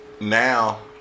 now